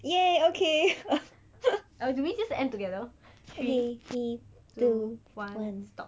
ya okay I will do we just end together three key to one stop